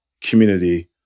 community